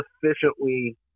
sufficiently